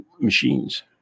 machines